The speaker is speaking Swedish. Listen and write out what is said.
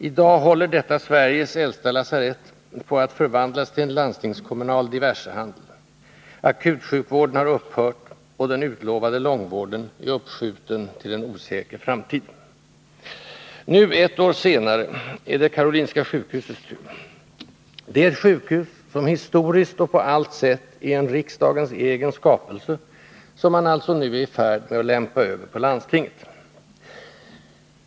I dag håller detta Sveriges äldsta lasarett på att förvandlas till en landstingskommunal diversehandel. Akutsjukvården har upphört och den utlovade långvården är uppskjuten till en osäker framtid. Nu, ett år senare, är det Karolinska sjukhusets tur. Det är ett sjukhus som historiskt och på allt sätt är en riksdagens egen skapelse, som man alltså nu är i färd med att lämpa över på landstinget.